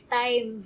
time